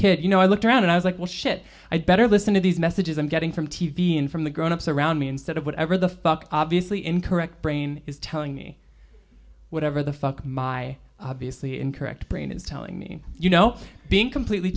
kid you know i looked around and i was like well shit i'd better listen to these messages i'm getting from t v in from the grown ups around me instead of whatever the fuck obviously incorrect brain is telling me whatever the fuck my obviously incorrect brain is telling me you know being completely